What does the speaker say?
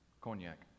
Cognac